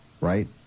Right